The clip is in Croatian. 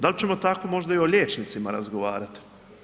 Da li ćemo tako možda i o liječnicima razgovarati?